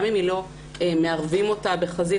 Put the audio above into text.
גם אם לא מערבים אותה בחזית.